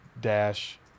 dash